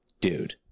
dude